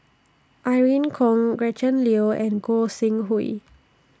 Irene Khong Gretchen Liu and Gog Sing Hooi